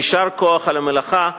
יישר כוח על המלאכה.